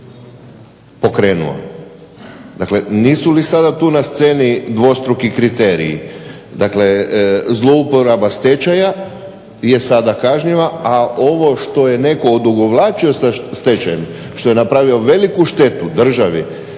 pokrenuo. Dakle, nisu li sada tu na sceni dvostruki kriteriji? Dakle, zlouporaba stečaja je sada kažnjiva, a ovo što je netko odugovlačio sa stečajem, što je napravio veliku štetu državi,